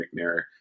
McNair